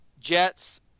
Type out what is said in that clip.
Jets